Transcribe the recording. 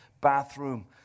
bathroom